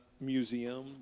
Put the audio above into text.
museum